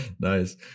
Nice